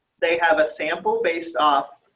they have a sample based off.